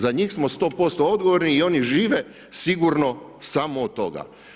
Za njih smo 100% odgovorni i oni žive sigurno samo od toga.